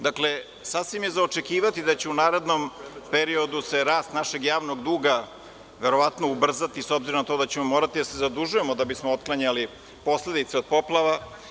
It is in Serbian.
Dakle, sasvim je za očekivati da će u narednom periodu se rast našeg javnog duga verovatno ubrzati, s obzirom na to da ćemo morati da se zadužujemo da bismo otklanjali posledice od poplava.